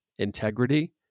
integrity